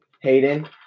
Hayden